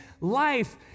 life